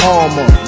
armor